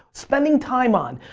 spending time on,